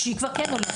כשהיא כבר הולכת,